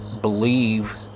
believe